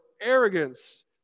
arrogance